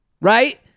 Right